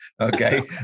Okay